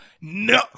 no